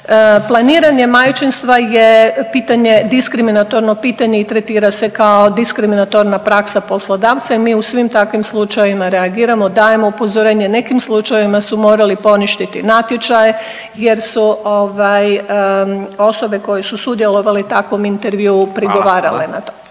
planiranje majčinstva je pitanje diskriminatorno pitanje i tretira se kao diskriminatorna praksa poslodavca i mi u svim takvim slučajevima reagiramo, dajemo upozorenje, nekim slučajevima su morali poništiti natječaje jer su ovaj, osobe koje su sudjelovale u takvom intervju prigovarale na to.